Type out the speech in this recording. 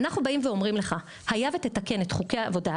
אנחנו באים ואומרים לך היה ותתקן את תנאי העבודה,